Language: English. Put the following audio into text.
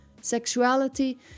Sexuality